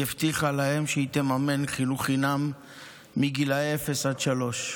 היא הבטיחה להם שהיא תממן חינוך חינם מגיל אפס עד שלוש.